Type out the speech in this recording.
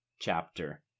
chapter